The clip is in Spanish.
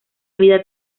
vida